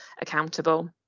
accountable